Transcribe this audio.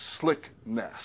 slickness